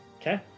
Okay